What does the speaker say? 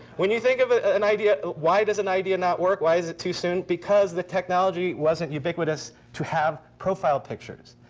when you think of an idea, why does an idea not work? why is it too soon? because the technology wasn't ubiquitous to have profile pictures.